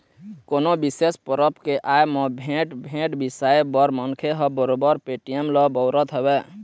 कोनो बिसेस परब के आय म भेंट, भेंट बिसाए बर मनखे ह बरोबर पेटीएम ल बउरत हवय